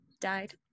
died